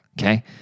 okay